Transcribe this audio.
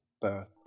birth